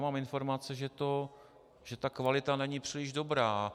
Mám informace, že kvalita není příliš dobrá.